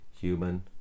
human